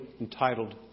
entitled